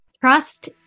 Trust